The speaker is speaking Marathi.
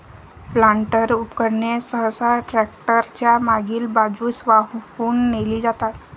प्लांटर उपकरणे सहसा ट्रॅक्टर च्या मागील बाजूस वाहून नेली जातात